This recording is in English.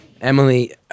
Emily